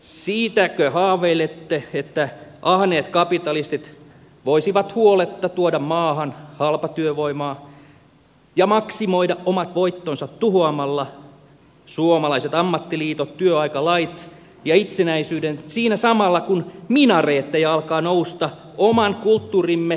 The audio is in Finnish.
siitäkö haaveilette että ahneet kapitalistit voisivat huoletta tuoda maahan halpatyövoimaa ja maksimoida omat voittonsa tuhoamalla suomalaiset ammattiliitot työaikalait ja itsenäisyyden siinä samalla kun minareetteja alkaa nousta oman kulttuurimme savuaville raunioille